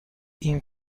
این